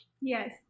Yes